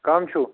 کٕم چھُو